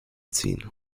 ziehen